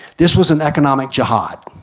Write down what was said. this was an economic jihad.